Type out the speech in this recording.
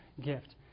gift